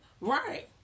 Right